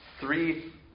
three